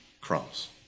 crumbs